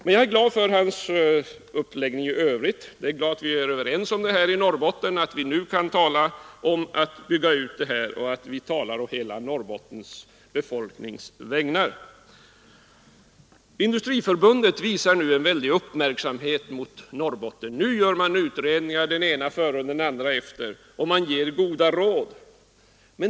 Men jag är glad för herr Lövenborgs uppläggning i övrigt och för att vi i Norrbotten nu är överens om att bygga ut denna anläggning som det här gäller samt att vi talar på hela Norrbottens befolknings vägnar. Industriförbundet visar nu Norrbotten stor uppmärksamhet och gör den ena utredningen före och den andra efter samt ger goda råd.